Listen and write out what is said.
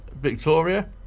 Victoria